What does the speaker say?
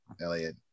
Elliot